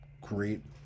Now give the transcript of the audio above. great